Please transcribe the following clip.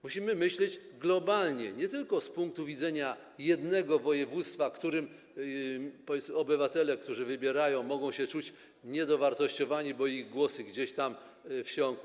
Musimy myśleć globalnie, a nie tylko z punktu widzenia jednego województwa, w którym obywatele, którzy wybierają, mogą się czuć niedowartościowani, bo ich głosy gdzieś wsiąkły.